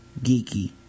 geeky